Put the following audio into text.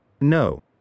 No